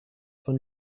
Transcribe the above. von